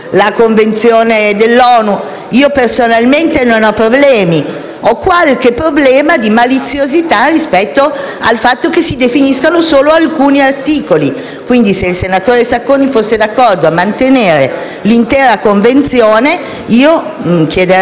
qualche problema di maliziosità rispetto al fatto che si definiscano solo alcuni articoli; pertanto, se il senatore Sacconi fosse d'accordo a mantenere il richiamo all'intera Convenzione, chiederei al Governo di rivedere la sua posizione.